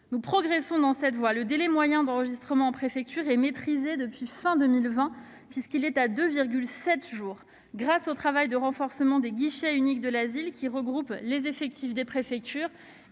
Nous progressons dans cette voie. Le délai moyen d'enregistrement en préfecture est maîtrisé depuis fin 2020, puisqu'il est de 2,7 jours, et ce grâce au travail de renforcement des guichets uniques pour demandeurs d'asile, qui regroupent les effectifs des préfectures